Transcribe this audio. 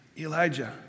Elijah